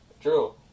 True